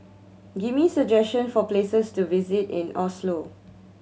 give me suggestion for places to visit in Oslo